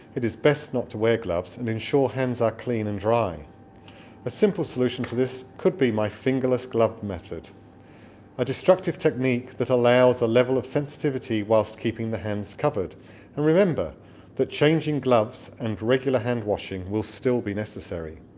it is best not to wear gloves. and ensure hands are clean and dry a simple solution to this could be my fingerless glove method a destructive technique that allows a level of sensitivity whilst keeping the hands covered and remember that changing gloves and regular hand washing will still be necessary